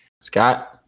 Scott